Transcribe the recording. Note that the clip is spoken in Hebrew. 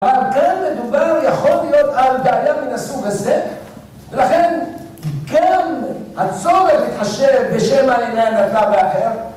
אבל כן מדובר, יכול להיות, על בעיה מן הסוג הזה ולכן, כן הצורך מתחשב בשמא עיניה נתנה באחר